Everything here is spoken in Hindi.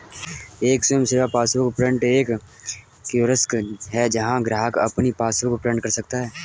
एक स्वयं सेवा पासबुक प्रिंटर एक कियोस्क है जहां ग्राहक अपनी पासबुक प्रिंट कर सकता है